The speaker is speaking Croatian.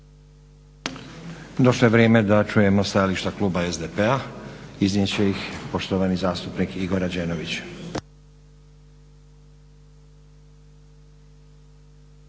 Došlo je vrijeme da čujemo stajališta kluba SDP-a. Iznijeti će ih poštovani zastupnik Igor Rađenović.